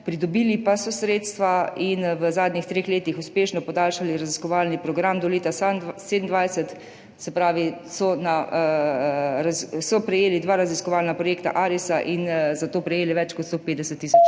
Pridobili pa so sredstva in v zadnjih treh letih uspešno podaljšali raziskovalni program do leta 2027, se pravi, so prejeli dva raziskovalna projekta Arisa in za to prejeli več kot 150 tisoč